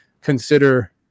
consider